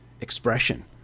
expression